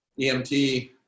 EMT